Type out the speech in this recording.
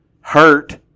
hurt